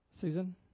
Susan